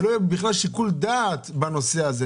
שלא יהיה בכלל שיקול דעת בנושא הזה.